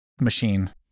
machine